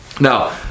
Now